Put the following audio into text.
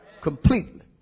Completely